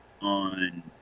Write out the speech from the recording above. on